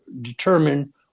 determine